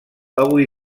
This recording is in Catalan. avui